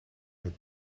met